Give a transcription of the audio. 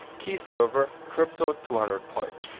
key server, crypto two hundred points.